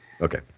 Okay